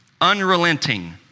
unrelenting